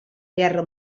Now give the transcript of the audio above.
guerra